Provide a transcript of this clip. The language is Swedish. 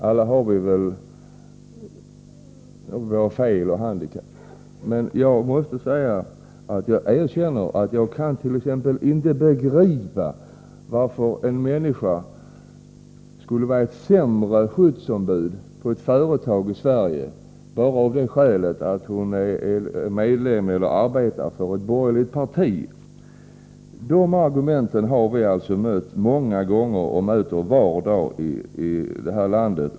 Alla har vi väl fel och handikapp. Men jag måste erkänna att jag inte begriper varför en människa skulle vara ett sämre skyddsombud på ett företag i Sverige bara av det skälet att han eller hon är medlem i eller arbetar för ett borgerligt parti. Sådana argument har blivit allt vanligare i vårt land.